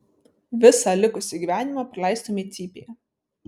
visą likusį gyvenimą praleistumei cypėje